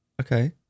Okay